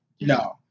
no